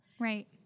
Right